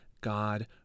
God